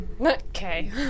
Okay